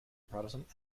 protestant